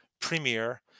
premier